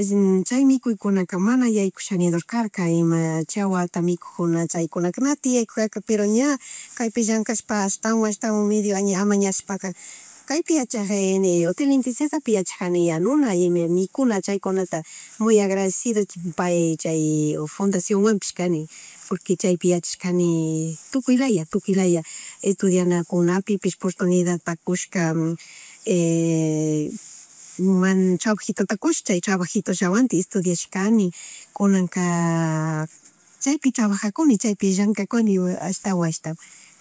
chay mikuykunaka mana yaykusharidurkarka ima chawata mikujunaka chaykunaka nati yaykujarka pero ña kaypi llankashpa ashtawan ashtawan medio ña amanashpa ka kaypi yachagni, hotel Inti Sisapi yachajani yanuna, y mikuna chaykuna muy agradecicido pay chay fundaciònwanpish kani porque chaypi yachashkani tukuykaya, tukulaya estudianakunapish oportunidadta kushka trabajituta kush chay trabajitullawantik estudiashkannikunanka chaypi trabajakuni chaypi llankakuni ashtawan, ashtawan